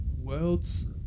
world's